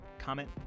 comment